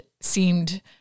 seemed